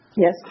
Yes